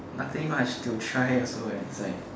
nothing much to try also eh is like